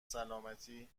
سالمتی